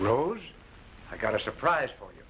rose i got a surprise for you